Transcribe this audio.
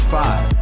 five